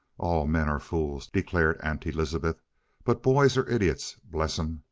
all men are fools, declared aunt elizabeth but boys are idiots, bless em!